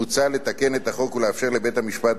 מוצע לתקן את החוק ולאפשר לבית-המשפט,